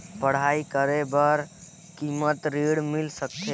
पढ़ाई करे बार कितन ऋण मिल सकथे?